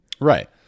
right